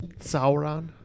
Sauron